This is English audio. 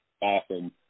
awesome